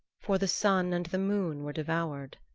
for the sun and the moon were devoured.